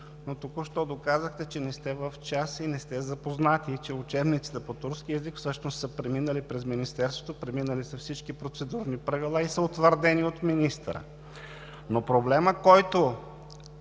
но току-що доказахте, че не сте в час и не сте запознати, че учебниците по турски език всъщност са преминали през Министерството, преминали са всички процедурни правила и са утвърдени от министъра. Проблемът обаче,